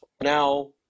now